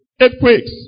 earthquakes